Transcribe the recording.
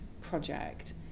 project